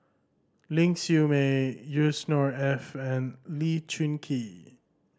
Ling Siew May Yusnor Ef and Lee Choon Kee